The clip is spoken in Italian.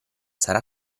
sarà